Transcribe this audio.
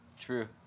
True